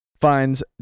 Finds